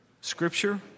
scripture